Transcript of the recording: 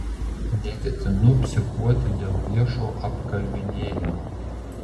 neketinu psichuoti dėl viešo apkalbinėjimo